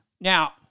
Now